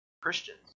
Christians